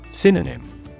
Synonym